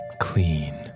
Clean